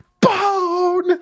Bone